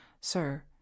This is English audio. Sir